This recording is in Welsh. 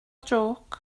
jôc